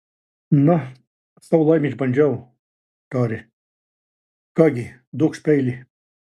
na savo laimę išbandžiau tarė ką gi duokš peilį